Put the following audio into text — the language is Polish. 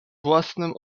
własnym